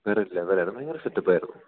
വേറെയൊരു ലെവലായിരുന്നു ഭയങ്കരം സെറ്റപ്പായിരുന്നു